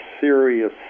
serious